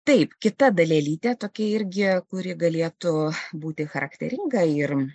taip kita dalelytė tokia irgi kuri galėtų būti charakteringa ir